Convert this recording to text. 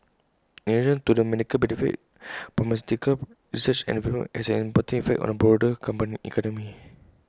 in addition to the medical benefit pharmaceutical research and development has an important impact on the broader economy